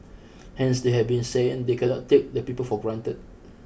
hence they have been saying they cannot take the people for granted